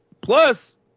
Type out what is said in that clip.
Plus